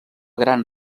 gran